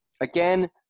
again